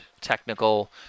technical